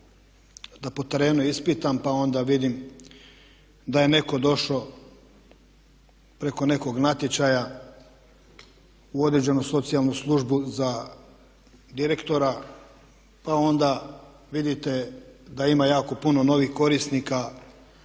da po terenu ispitam pa onda vidim da je netko došao preko nekog natječaja u određenu socijalnu službu za direktora pa onda vidite da ima jako puno novih korisnika